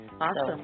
Awesome